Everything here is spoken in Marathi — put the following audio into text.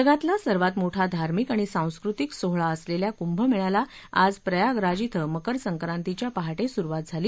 जगातला सर्वात मोठा धार्मिक आणि सांस्कृतिक सोहळा असलेल्या कुंभमेळ्याला आज प्रयागराज श्वे मकरसंक्रांतीच्या पहाटे सुरुवात झाली